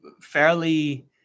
fairly